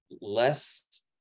less